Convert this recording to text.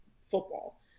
football